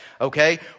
Okay